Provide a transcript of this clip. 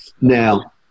now